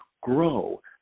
grow